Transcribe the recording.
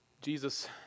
Jesus